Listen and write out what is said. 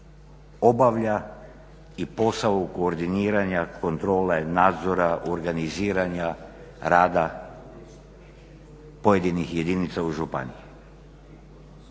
obavlja i posao koordiniranja, kontrole, nadzora, organiziranja, rada pojedinih jedinica u županiji.